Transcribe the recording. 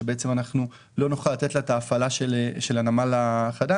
שבעצם אנחנו לא נוכל לתת לה את ההפעלה של הנמל החדש?